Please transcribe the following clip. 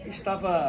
Estava